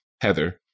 Heather